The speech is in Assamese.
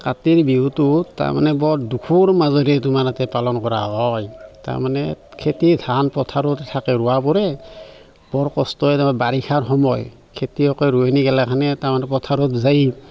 কাতিৰ বিহুটোত তাৰমানে বৰ দুখৰ মাজেদি তোমাৰ ইয়াতে পালন কৰা হয় তাৰমানে খেতি ধান পথাৰত থাকে ৰুৱাবোৰে বৰ কষ্টয়ে বাৰিষাৰ সময় খেতিয়কৰ পথাৰত যায়